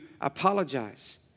apologize